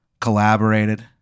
collaborated